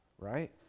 right